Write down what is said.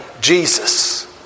Jesus